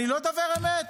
אני לא דובר אמת?